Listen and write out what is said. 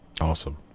Awesome